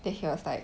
then he was like